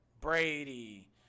Brady